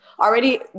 Already